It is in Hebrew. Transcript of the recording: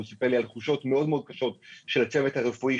הוא סיפר לי על תחושות מאוד מאוד קשות של הצוות הרפואי,